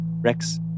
Rex